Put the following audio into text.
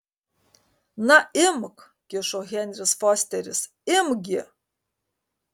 na imk kišo henris fosteris imk gi